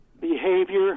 behavior